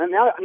Now